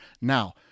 Now